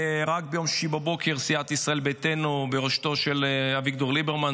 רק ביום שישי בבוקר סיעת ישראל ביתנו בראשותו של אביגדור ליברמן,